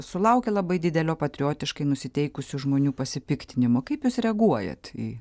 sulaukė labai didelio patriotiškai nusiteikusių žmonių pasipiktinimo kaip jūs reaguojat į